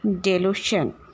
delusion